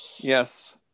Yes